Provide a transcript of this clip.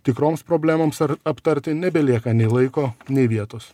tikroms problemoms ar aptarti nebelieka nei laiko nei vietos